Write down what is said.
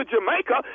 Jamaica